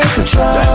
Control